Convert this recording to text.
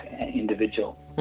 individual